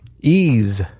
ease